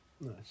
Nice